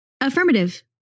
Affirmative